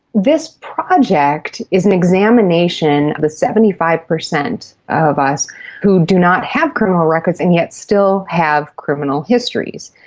this project is an examination of the seventy five percent of us who do not have criminal records and yet still have criminal histories.